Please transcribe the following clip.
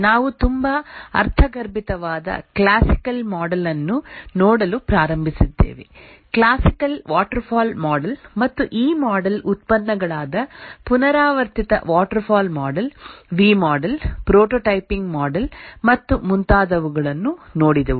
ನಾವು ತುಂಬಾ ಅರ್ಥಗರ್ಭಿತವಾದ ಕ್ಲಾಸಿಕಲ್ ಮಾಡೆಲ್ ಅನ್ನು ನೋಡಲು ಪ್ರಾರಂಭಿಸಿದ್ದೇವೆ ಕ್ಲಾಸಿಕಲ್ ವಾಟರ್ಫಾಲ್ ಮಾಡೆಲ್ ಮತ್ತು ಈ ಮಾಡೆಲ್ ಉತ್ಪನ್ನಗಳಾದ ಪುನರಾವರ್ತಿತ waterfall model V model prototyping model ಮತ್ತು ಮುಂತಾದವುಗಳನ್ನು ನೋಡಿದೆವು